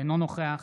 אינו נוכח